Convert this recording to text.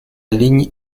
ligne